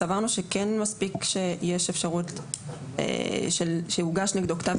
סברנו שכן מספיק שיש אפשרות שהוגש נגדו כתב